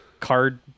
card